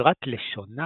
ובעזרת לשונה